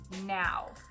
now